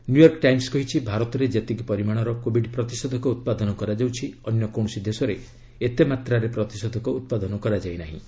New York Times କହିଛି ଭାରତ ଯେତିକି ପରିମାଣର କୋବିଡ୍ ପ୍ରତିଷେଧକ ଉତ୍ପାଦନ କରାଯାଉଛି ଅନ୍ୟ କୌଣସି ଦେଶରେ ଏତେମାତ୍ରାରେ ପ୍ରତିଷେଦକ ଉତ୍ପାଦନ କରାଯାଇନାହିଁ